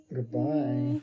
Goodbye